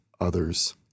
others